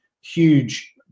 huge